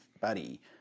Buddy